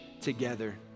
together